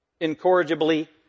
incorrigibly